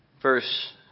verse